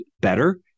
better